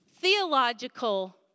theological